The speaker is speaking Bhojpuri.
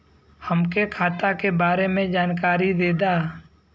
हमके खाता के बारे में जानकारी देदा?